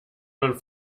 man